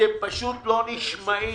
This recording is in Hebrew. אתם פשוט לא נשמעים.